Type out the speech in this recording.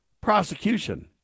prosecution